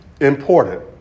important